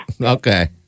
okay